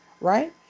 right